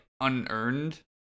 unearned